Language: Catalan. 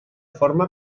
forma